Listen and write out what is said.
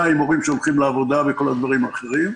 עם הורים שהולכים לעבודה וכל הדברים האחרים.